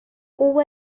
over